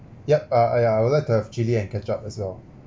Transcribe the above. yup uh ya I would like to have chilli and ketchup as well